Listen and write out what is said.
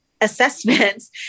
assessments